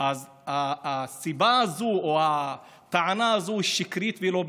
אז הסיבה הזאת או הטענה הזאת היא שקרית והיא לא במקום.